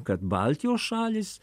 kad baltijos šalys